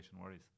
worries